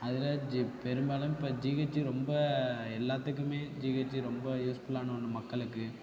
அதில் பெரும்பாலும் இப்போ ஜிஹெச்சு ரொம்ப எல்லாத்துக்குமே ஜிஹெச்சு ரொம்ப யூஸ்ஃபுல்லான ஒன்று மக்களுக்கு